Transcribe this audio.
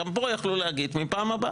גם פה יכלו להגיד: מהפעם הבאה.